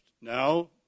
Now